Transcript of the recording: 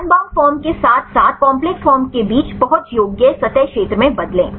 unbound form के साथ साथ कॉम्प्लेक्स फॉर्म के बीच पहुंच योग्य सतह क्षेत्र में बदलें